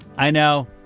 i know,